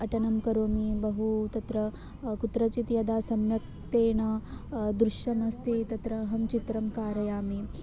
अटनं करोमि बहु तत्र कुत्रचित् यदा सम्यक् तेन दृश्यमस्ति तत्र अहं चित्रं कारयामि